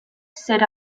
set